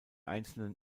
einzelnen